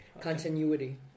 continuity